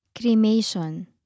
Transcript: Cremation